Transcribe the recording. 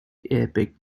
epic